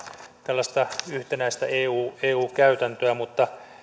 tällaista yhtenäistä eu eu käytäntöä mutta